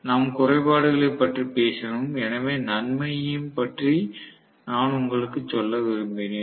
நாம் குறைபாடுகளைப் பற்றி பேசினோம் எனவே நன்மையையும் பற்றி நான் உங்களுக்கு சொல்ல விரும்பினேன்